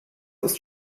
ist